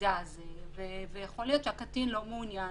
במידע הזה ויכול להיות שהקטין לא מעוניין